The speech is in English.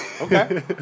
Okay